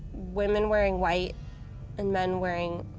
women wearing white and men wearing